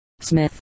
Smith